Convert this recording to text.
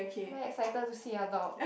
very excited to see your dog